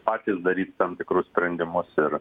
patys daryt tam tikrus sprendimus ir